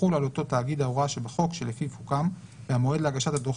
תחול על אותו תאגיד ההוראה שבחוק שלפיו הוקם והמועד להגשת הדוח